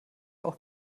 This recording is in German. auch